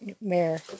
mayor